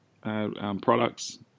products